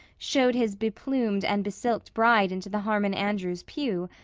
showed his be-plumed and be-silked bride into the harmon andrews' pew,